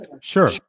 Sure